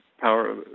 power